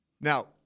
Now